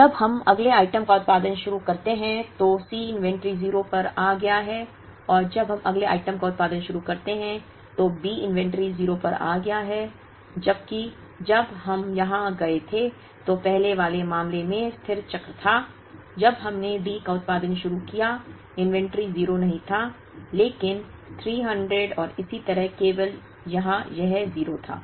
से जब हम अगले आइटम का उत्पादन शुरू करते हैं तो C इन्वेंट्री 0 पर आ गया है और जब हम अगले आइटम का उत्पादन शुरू करते हैं तो B इन्वेंट्री 0 पर आ गया है जबकि जब हम यहां गए थे जो पहले वाले मामले में स्थिर चक्र था जब हमने D का उत्पादन शुरू किया इन्वेंट्री 0 नहीं था लेकिन 300 और इसी तरह केवल यहां यह 0 था